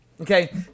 Okay